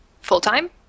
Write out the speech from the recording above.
full-time